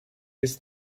his